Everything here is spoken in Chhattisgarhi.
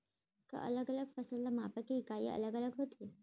का अलग अलग फसल ला मापे के इकाइयां अलग अलग होथे?